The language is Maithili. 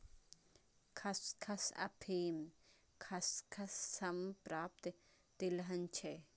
खसखस अफीम खसखस सं प्राप्त तिलहन छियै